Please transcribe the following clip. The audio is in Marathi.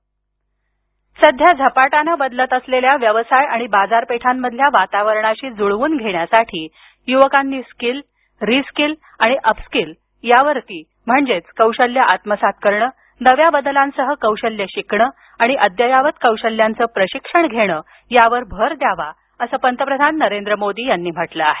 पंतप्रधान कौशल्य विकास सध्या झपाट्याने बदलत असलेल्या व्यवसाय आणि बाजारपेठांमधील वातावरणाशी जुळवून घेण्यासाठी युवकांनी स्किल रि स्किल आणि अपस्किल यावर म्हणजेच कौशल्य आत्मसात करणं नव्या बदलांसह कौशल्यं शिकणं आणि अद्ययावत कौशल्यांचं प्रशिक्षण घेणं यावर भर द्यावा असं पंतप्रधान नरेंद्र मोदी यांनी म्हटलं आहे